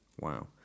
Wow